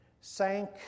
sank